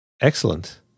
Excellent